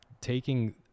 taking